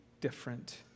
different